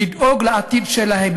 לדאוג לעתיד שלהם.